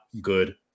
good